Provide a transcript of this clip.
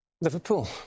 Liverpool